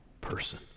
person